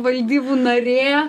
valdybų narė